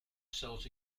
sells